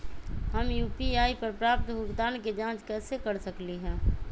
हम यू.पी.आई पर प्राप्त भुगतान के जाँच कैसे कर सकली ह?